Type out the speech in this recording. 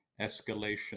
escalation